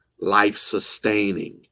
life-sustaining